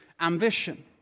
ambition